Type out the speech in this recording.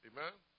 Amen